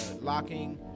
locking